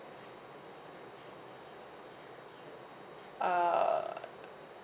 uh